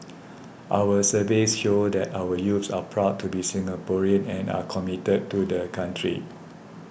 our surveys show that our youths are proud to be Singaporean and are committed to the country